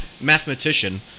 Mathematician